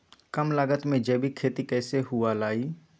कम लागत में जैविक खेती कैसे हुआ लाई?